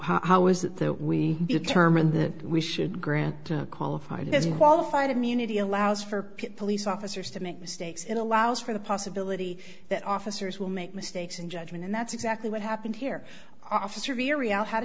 case how is it that we determine that we should grant qualified as a qualified immunity allows for police officers to make mistakes and allows for the possibility that officers will make mistakes in judgment and that's exactly what happened here officer very out had a